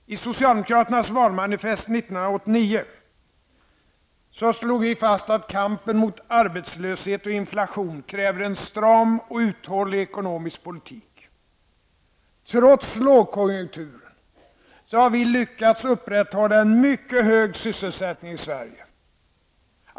I socialdemokraternas valmanifest från 1989 slog vi fast att kampen mot arbetslöshet och inflation kräver en stram och uthållig ekonomisk politik. Trots lågkonjunkturen har vi lyckats upprätthålla en mycket hög sysselsättning i Sverige.